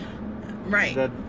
Right